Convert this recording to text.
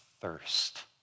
thirst